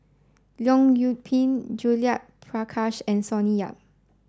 Leong Yoon Pin Judith Prakash and Sonny Yap